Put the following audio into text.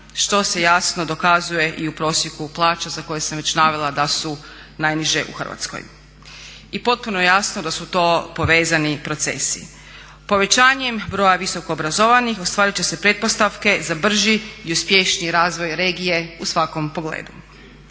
što se jasno dokazuje i u prosjeku plaća za koje sam već navela da su najniže u Hrvatskoj i potpuno je jasno da su to povezani procesi. Povećanjem broj visokoobrazovanih ostvarit će se pretpostavke za brži i uspješniji razvoj regije u svakom pogledu.